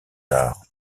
arts